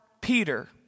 Peter